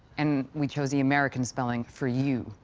and we chose the american spelling for you.